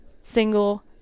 single